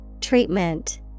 Treatment